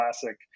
classic